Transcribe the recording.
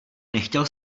nechtěl